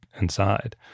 inside